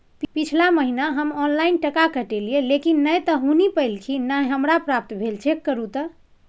पिछला महीना हम ऑनलाइन टका कटैलिये लेकिन नय त हुनी पैलखिन न हमरा प्राप्त भेल, चेक करू त?